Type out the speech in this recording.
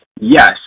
yes